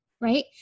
right